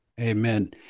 Amen